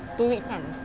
two weeks kan